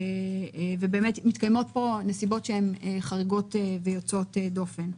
מתקיימות פה נסיבות שהן חריגות ויוצאות דופן.